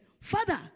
Father